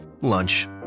lunch